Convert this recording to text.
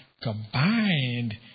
combined